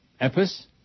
Epis